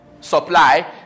supply